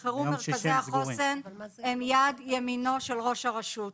בחירום, מרכזי החוסן הם יד ימינו של ראש הרשות.